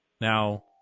Now